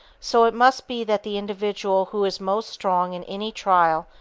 so it must be that the individual who is most strong in any trial,